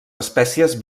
espècies